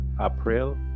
April